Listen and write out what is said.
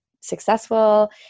successful